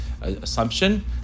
assumption